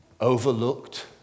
overlooked